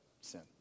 sin